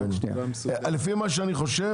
אני יודע בדיוק מה שקורה.